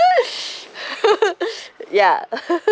ya